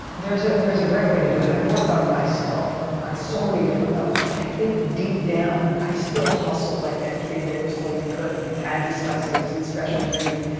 there's ah there's a great way to do it. i've worked on myself on so many different levels but i think deep down i still hustle like that kid that was told he couldn't, that had dyslexia, that was in special reading.